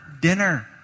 dinner